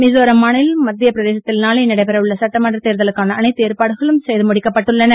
மிசோரம் மற்றும் மத்திய பிரதேசத்தில் நாளை நடைபெற உள்ள சட்டமன்றத் தேர்தலுக்கான ஏற்பாடுகளும் செய்து அனைத்து முடிக்கப்பட்டுள்ளன